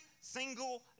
single